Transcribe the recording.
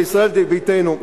בישראל ביתנו,